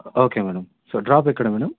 okay madam so drop ఎక్కడ madam